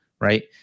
Right